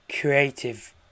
creative